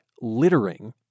littering